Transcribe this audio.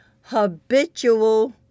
habitual